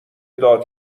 داد